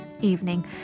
evening